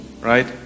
right